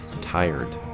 Tired